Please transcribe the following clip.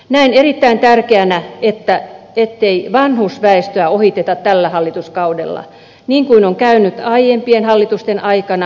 näen erittäin tärkeänä ettei vanhusväestöä ohiteta tällä hallituskaudella niin kuin on käynyt aiempien hallitusten aikana